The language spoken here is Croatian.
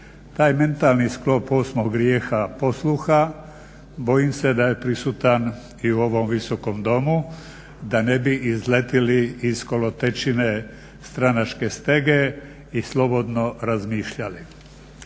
Taj mentalni sklop osmog grijeha, posluha bojim se da je prisutan i u ovom Visokom domu da ne bi izletili iz kolotečine stranačke stege i slobodno razmišljali.